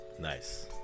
Nice